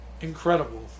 incredible